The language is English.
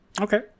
Okay